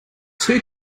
two